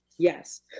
Yes